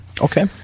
Okay